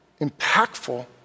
impactful